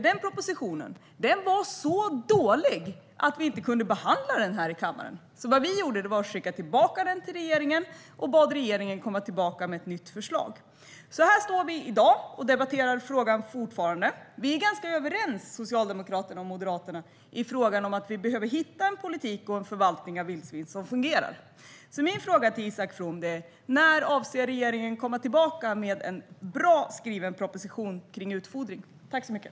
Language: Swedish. Den propositionen var så dålig att vi inte kunde behandla den här i kammaren. Så vi skickade tillbaka den till regeringen och bad regeringen återkomma med ett nytt förslag. Här står vi alltså i dag och debatterar fortfarande frågan. Vi är ganska överens, Socialdemokraterna och Moderaterna, om att vi behöver hitta en politik och en förvaltning av vildsvin som fungerar. Så min fråga till Isak From är: När avser regeringen att komma tillbaka med en välskriven proposition om utfodringen?